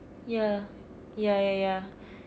ya ya ya ya